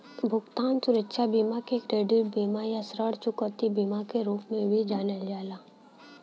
भुगतान सुरक्षा बीमा के क्रेडिट बीमा या ऋण चुकौती बीमा के रूप में भी जानल जाला